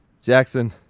Jackson